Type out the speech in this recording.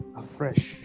afresh